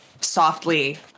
softly